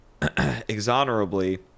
exonerably